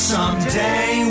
Someday